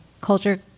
culture